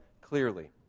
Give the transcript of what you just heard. clearly